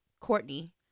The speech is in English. Courtney